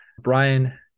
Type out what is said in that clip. Brian